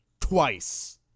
Twice